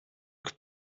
que